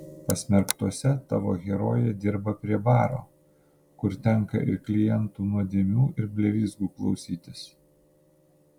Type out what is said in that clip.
pasmerktuose tavo herojė dirba prie baro kur tenka ir klientų nuodėmių ir blevyzgų klausytis